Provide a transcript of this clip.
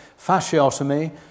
fasciotomy